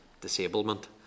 disablement